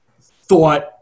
thought